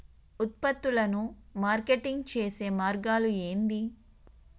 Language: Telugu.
ఉత్పత్తులను మార్కెటింగ్ చేసే మార్గాలు ఏంది?